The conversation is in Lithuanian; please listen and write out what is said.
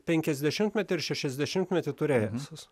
penkiasdešimtmetį ir šešiasdešimtmetį turėjęs jis